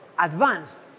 advanced